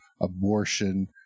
abortion